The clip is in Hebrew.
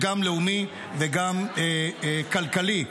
גם לאומי וגם כלכלי,